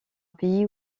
pays